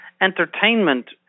entertainment